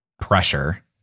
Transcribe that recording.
pressure